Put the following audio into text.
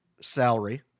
salary